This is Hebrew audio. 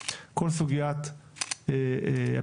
כל סוגיית הפריפריה.